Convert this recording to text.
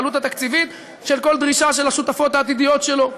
את העלות התקציבית של כל דרישה של השותפות העתידיות שלו.